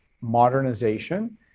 modernization